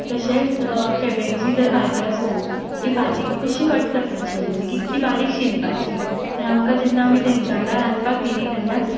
तशेंच कॅबेजीची जर भाजी आसूं ती भाजी कशी कट करपाची म्हणजे कितली बारीक शिनपाची हें आमकां जेन्ना आमी तेंच्या वांगडा रांदपाक गेलीं तेन्नाच